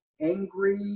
angry